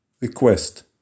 request